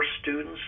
students